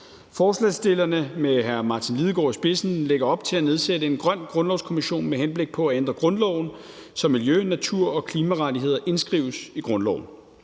Forslagsstillerne med hr. Martin Lidegaard i spidsen lægger op til at nedsætte en grøn grundlovskommission med henblik på at ændre grundloven, så miljø-, natur- og klimarettigheder indskrives i grundloven.